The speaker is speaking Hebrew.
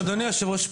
אדוני היושב-ראש,